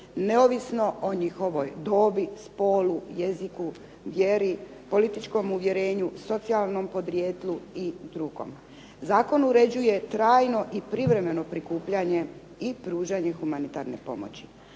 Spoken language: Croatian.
neovisno o njihovoj dobi, spolu, jeziku, vjeri, političkom uvjerenju, socijalnom podrijetlu i drugom. Zakon uređuje trajno i privremeno prikupljanje i pružanje humanitarne pomoći.